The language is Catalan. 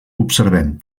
observem